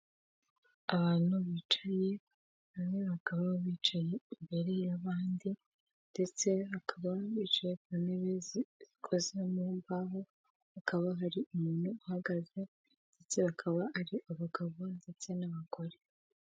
Abantu bicaye bamwe bakaba bicaye imbere y'abandi ndetse bakaba bicaye ku ntebe zikoze mu mbaho, hakaba hari umuntu uhagaze ndetse bakaba ari abagabo ndetse n'abagore.